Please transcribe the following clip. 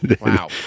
Wow